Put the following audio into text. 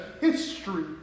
history